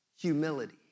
Humility